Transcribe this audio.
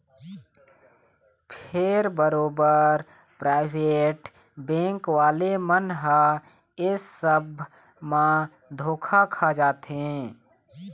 फेर बरोबर private bank वाले मन ह ऐ सब म धोखा खा जाथे